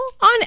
on